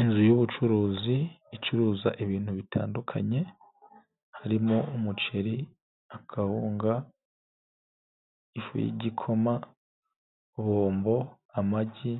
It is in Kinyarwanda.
Inzu y'ubucuruzi icuruza ibintu bitandukanye harimo: umuceri, akawunga, ifu y'igikoma bombo, amagi